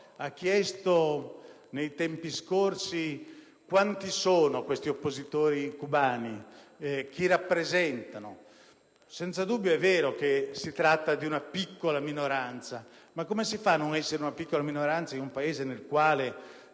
ha chiesto nei tempi scorsi quanti sono questi oppositori cubani e chi rappresentano. Senza dubbio, è vero che si tratta di una piccola minoranza, ma come si fa a non essere una piccola minoranza in un Paese nel quale